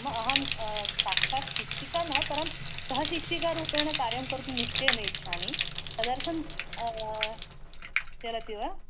मम अहं साक्षात् शिक्षिका न परं सः शिक्षिकारूपेण कार्यं कर्तुं निश्चयेन इच्छामि तदर्थं चलति वा